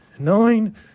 Nine